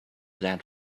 that